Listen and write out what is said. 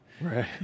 Right